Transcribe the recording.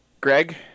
Greg